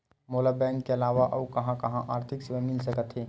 मोला बैंक के अलावा आऊ कहां कहा आर्थिक सेवा मिल सकथे?